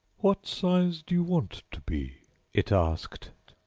what size do you want to be it asked.